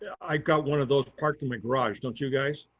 i got one of those parked in the garage. don't you guys?